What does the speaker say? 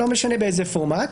לא משנה באיזה פורמט,